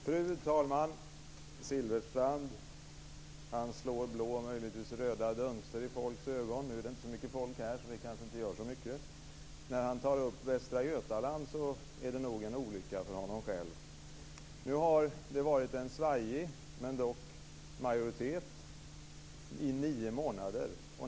Fru talman! Silfverstrand slår blå och möjligtvis röda dunster i folks ögon. Nu är det inte så mycket folk här, så det kanske inte gör så mycket. När han tar upp Västra Götaland är det nog en olycka för honom själv. Det har varit en svajig men dock majoritet i nio månader.